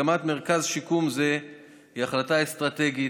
הקמת מרכז שיקום זה היא החלטה אסטרטגית,